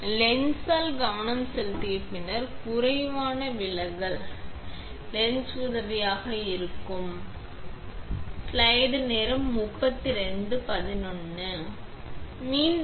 எனவே லென்ஸால் கவனம் செலுத்திய பின்னர் குறைவான விலகல் எனவே லென்ஸ் உதவியாக இருக்கும் உங்களுக்குத் தெரியும் உங்களுக்குத் தெரியப்படுத்தி நீங்கள் பெரிய பகுதியை அறிந்திருக்க வேண்டும்